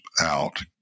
out